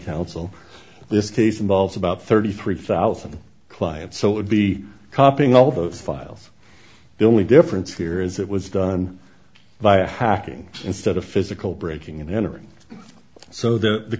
counsel this case involves about thirty three thousand clients so it be copping all those files the only difference here is it was done by hacking instead of physical breaking and entering so that the